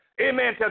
amen